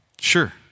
Sure